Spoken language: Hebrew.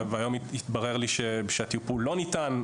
והיום התברר לי שהטיפול לא ניתן,